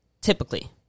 typically